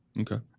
okay